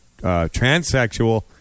transsexual